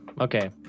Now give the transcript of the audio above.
Okay